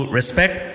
respect